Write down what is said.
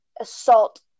assault